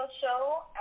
show